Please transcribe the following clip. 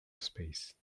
space